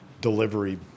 delivery